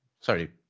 Sorry